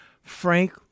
Frank